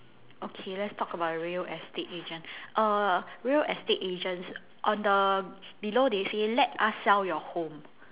okay let's talk about real estate agent err real estate agents on the below they say let us sell your home